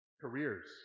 careers